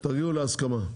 תגיעו להסכמה.